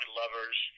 lovers